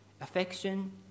affection